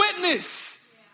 witness